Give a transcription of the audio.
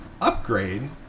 upgrade